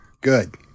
good